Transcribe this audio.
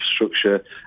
infrastructure